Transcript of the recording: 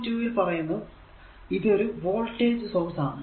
2 ൽ പറയുന്നു ഇതൊരു വോൾടേജ് സോഴ്സ് ആണ്